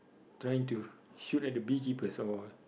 trying to shoot at the bee keeper so